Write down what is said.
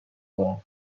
دارم